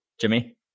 Jimmy